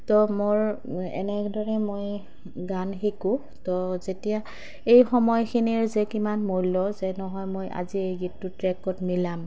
তো মোৰ এনেদৰে মই গান শিকোঁ তো যেতিয়া এই সময়খিনিৰ যে কিমান মূল্য যে নহয় মই আজি এই গীতটো ট্ৰেকত মিলাম